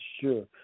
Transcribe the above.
sure